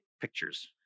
pictures